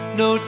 no